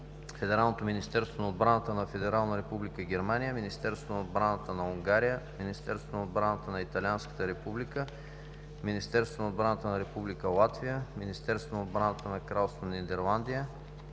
Федералното министерство на отбраната на Федерална република Германия, Министерството на отбраната на Унгария, Министерството на отбраната на Италианската република, Министерството на отбраната на Република Латвия, Министерството на отбраната на Кралство Нидерландия,